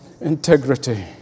Integrity